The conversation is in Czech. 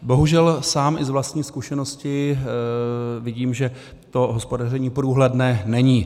Bohužel sám i z vlastní zkušenosti vidím, že to hospodaření průhledné není.